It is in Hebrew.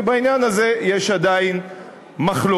ובעניין הזה יש עדיין מחלוקת